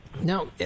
Now